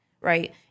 Right